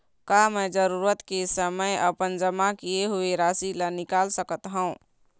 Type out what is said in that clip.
का मैं जरूरत के समय अपन जमा किए हुए राशि ला निकाल सकत हव?